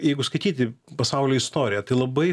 jeigu skaityti pasaulio istoriją tai labai